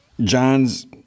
John's